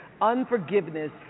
Unforgiveness